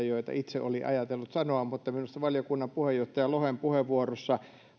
joita itse oli ajatellut sanoa mutta minusta valiokunnan puheenjohtaja lohen puheenvuorossa